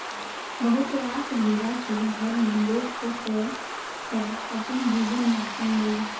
बहुत रास भेरा केँ घर मे लोक पोसय छै अपन जीबन यापन लेल